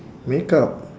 makeup